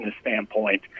standpoint